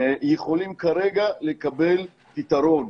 יכולים כרגע לקבל פתרון.